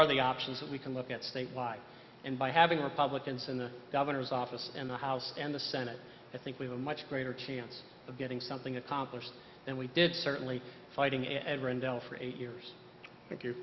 are the options that we can look at statewide and by having republicans in the governor's office in the house and the senate i think we have a much greater chance of getting something accomplished and we did certainly fighting ed rendell for eight years